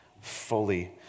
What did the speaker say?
fully